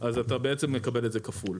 אז אתה בעצם מקבל את זה כפול.